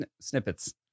snippets